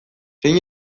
zein